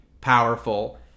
powerful